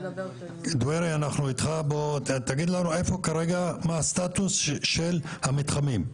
דווירי, תגיד לנו מה הסטטוס של המתחמים.